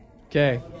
Okay